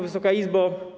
Wysoka Izbo!